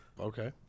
Okay